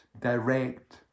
direct